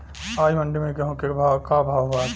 आज मंडी में गेहूँ के का भाव बाटे?